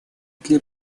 для